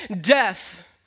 death